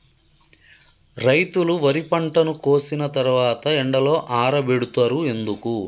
రైతులు వరి పంటను కోసిన తర్వాత ఎండలో ఆరబెడుతరు ఎందుకు?